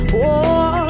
war